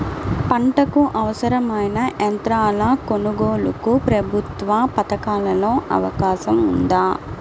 పంటకు అవసరమైన యంత్రాల కొనగోలుకు ప్రభుత్వ పథకాలలో అవకాశం ఉందా?